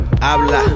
habla